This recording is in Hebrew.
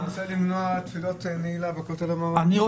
אתה רוצה למנוע תפילות נעילה בכותל המערבי?